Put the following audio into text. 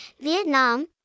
Vietnam